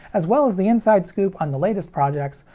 as well as the inside scoop on the latest projects,